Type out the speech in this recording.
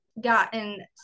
gotten